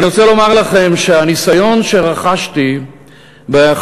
אני רוצה לומר לכם שהניסיון שרכשתי בחמש